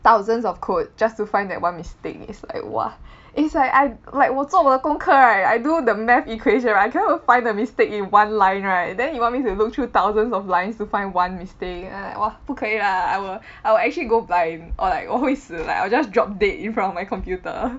thousands of code just to find that one mistake is like !wah! it's like I like 我做我的功课 right I do the math equation right I cannot even find the mistake in one line right then you want me to look through thousands of lines to find one mistake !aiya! 我不可以 lah I will I will actually go blind or like 我会死 like I will just drop dead in front of my computer